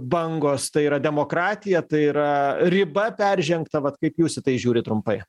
bangos tai yra demokratija tai yra riba peržengta vat kaip jūs į tai žiūrit trumpai